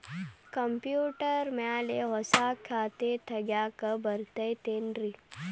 Computer ಮ್ಯಾಲೆ ಹೊಸಾ ಖಾತೆ ತಗ್ಯಾಕ್ ಬರತೈತಿ ಏನ್ರಿ?